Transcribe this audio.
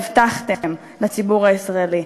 הבטחתם לציבור הישראלי.